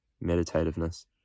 meditativeness